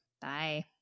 Bye